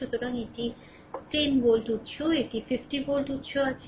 সুতরাং একটি 10 ভোল্ট উৎস একটি 50 ভোল্ট উৎস আছে